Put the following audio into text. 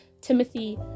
Timothy